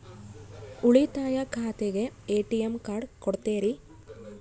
ಉಳಿತಾಯ ಖಾತೆಗೆ ATM card ಕೊಡ್ತೇರಿ?